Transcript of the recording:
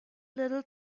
little